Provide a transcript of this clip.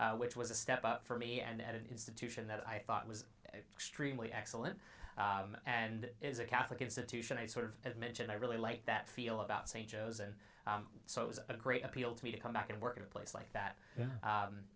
which was a step up for me and an institution that i thought was extremely excellent and is a catholic institution i sort of mentioned i really like that feel about st joe's and so it was a great appeal to me to come back and work at a place like that